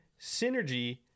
synergy